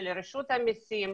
של רשות המסים,